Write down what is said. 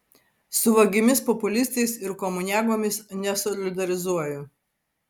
su vagimis populistais ir komuniagomis nesolidarizuoju